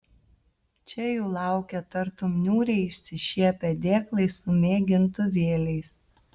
čia jų laukė tartum niūriai išsišiepę dėklai su mėgintuvėliais